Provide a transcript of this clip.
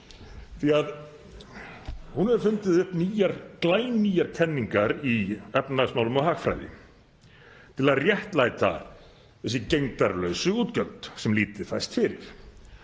því að hún hefur fundið upp glænýjar kenningar í efnahagsmálum og hagfræði til að réttlæta þessi gegndarlausu útgjöld sem lítið fæst fyrir